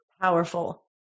Powerful